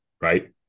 Right